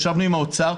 ישבנו עם האוצר,